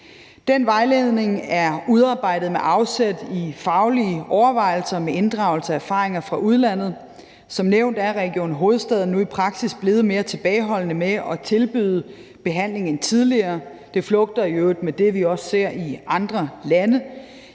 Den vejledning er udarbejdet med afsæt i faglige overvejelser og med inddragelse af erfaringer fra udlandet. Som nævnt er Region Hovedstaden nu i praksis blevet mere tilbageholdende med at tilbyde behandling end tidligere. Det flugter i øvrigt med det, vi også ser i andre lande.